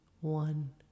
one